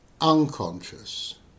unconscious